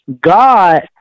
God